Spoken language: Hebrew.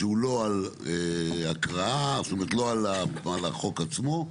שהוא לא על הקראה, זאת אומרת, לא על החוק עצמו,